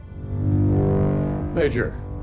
Major